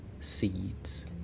seeds